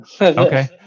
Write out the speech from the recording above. Okay